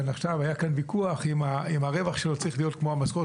היה כאן עכשיו ויכוח אם הרווח שלו צריך להיות כמו המשכורת